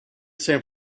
san